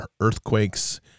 earthquakes